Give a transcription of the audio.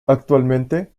actualmente